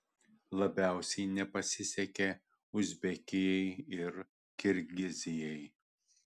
labiausiai nepasisekė uzbekijai ir kirgizijai